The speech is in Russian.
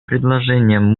предложением